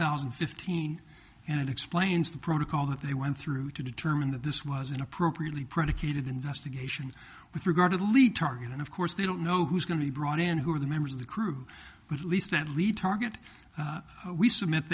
thousand and fifteen and it explains the protocol that they went through to determine that this was an appropriately predicated investigation with regard to the lead target and of course they don't know who's going to be brought in who are the members of the crew but at least that lead target we submit